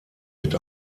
mit